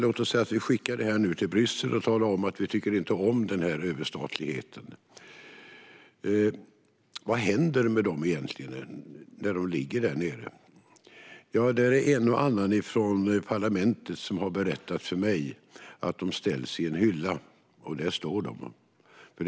Låt oss säga att vi skickar detta till Bryssel och talar om att vi inte tycker om denna överstatlighet. Vad händer egentligen med detta när det ligger där nere? En och annan i parlamentet har berättat för mig att detta ställs i en hylla, och där står det sedan.